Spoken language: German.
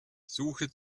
suche